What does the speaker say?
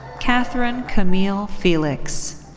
catherine camille felix.